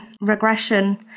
regression